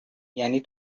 یعنی